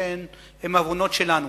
שהם עוונות שלנו.